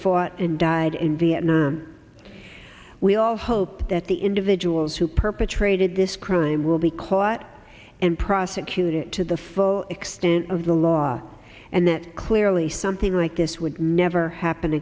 fought and died in vietnam we all hope that the individuals who perpetrated this crime will be caught and prosecuted to the full extent of the law and that clearly something like this would never happen